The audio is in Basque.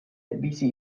bizi